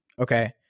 Okay